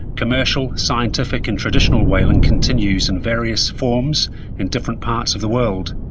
commercial, scientific and traditional whaling continues in various forms in different parts of the world.